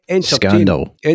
Scandal